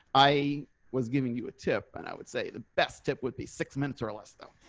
i was giving you a tip, and i would say the best tip would be six minutes or less, though.